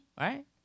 right